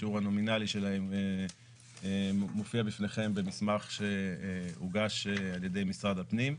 השיעור הנומינאלי מופיע בפניכם במסמך שהוגש על ידי משרד הפנים,